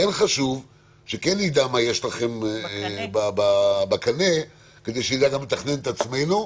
חשוב שכן נדע מה יש לכם בקנה כדי שנדע גם לתכנן את עצמנו,